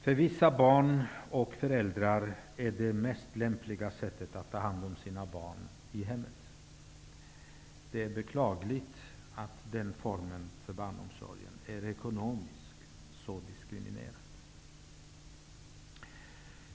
För vissa barn och föräldrar är det lämpligast att barnen tas om hand i hemmet. Det är beklagligt att den formen av barnomsorg ekonomiskt sett är så diskriminerad.